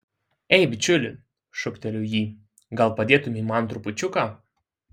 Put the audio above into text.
ei bičiuli šūkteliu jį gal padėtumei man trupučiuką